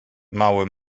mały